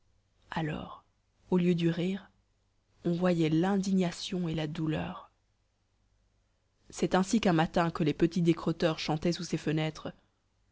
alors au lieu du rire on voyait l'indignation et la douleur page c'est ainsi qu'un matin que les petits décrotteurs chantaient sous ses fenêtres